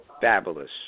fabulous